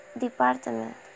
department